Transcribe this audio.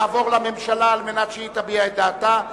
היא תעבור לממשלה על מנת שהיא תביע את דעתה,